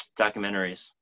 documentaries